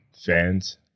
fans